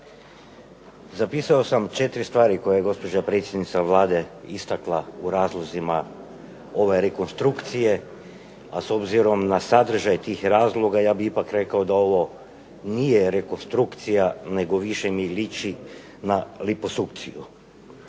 Zapisao sam četiri stvari koje je gospođa predsjednica Vlade istakla u razlozima ove rekonstrukcije, a s obzirom na sadržaj tih razloga ja bih ipak rekao da ovo nije rekonstrukcija nego više mi liči na liposukciju.